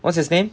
what's his name